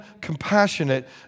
compassionate